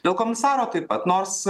dėl komisaro taip pat nors